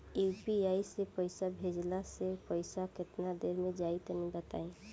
UPI से पईसा भेजलाऽ से पईसा केतना देर मे जाई तनि बताई?